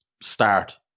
start